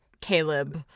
Caleb